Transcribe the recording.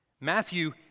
Matthew